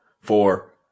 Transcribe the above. four